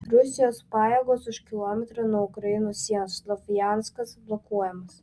rusijos pajėgos už kilometro nuo ukrainos sienos slovjanskas blokuojamas